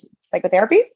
psychotherapy